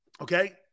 Okay